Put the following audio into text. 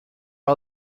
are